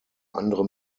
andere